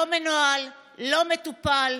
לא מנוהל, לא מטופל.